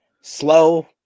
Slow